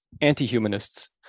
anti-humanists